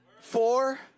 Four